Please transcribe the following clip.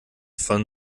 von